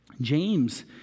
James